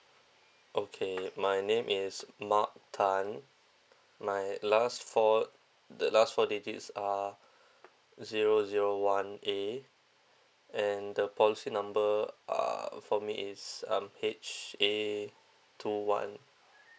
okay my name is mark tan my last four the last four digits are zero zero one A and the policy number uh for me it's um H A two one